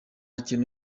kintu